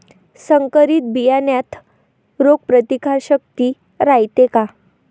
संकरित बियान्यात रोग प्रतिकारशक्ती रायते का?